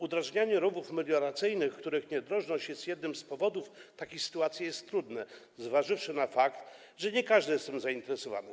Udrażnianie rowów melioracyjnych, których niedrożność jest jednym z powodów takich sytuacji, jest trudne, zważywszy na fakt, że nie każdy jest tym zainteresowany.